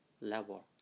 level